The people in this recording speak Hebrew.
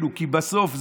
כי בסוף,